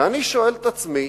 ואני שואל את עצמי: